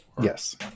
Yes